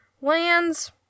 lands